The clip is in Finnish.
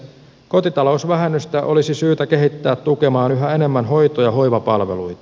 kotitalousvähennystä olisi syytä kehittää tukemaan yhä enemmän hoito ja hoivapalveluita